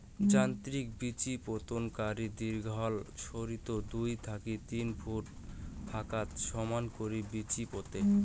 যান্ত্রিক বিচিপোতনকারী দীঘলা সারিত দুই থাকি তিন ফুট ফাকত সমান করি বিচি পোতে